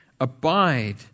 Abide